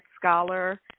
Scholar